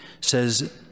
says